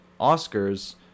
Oscars